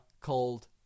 called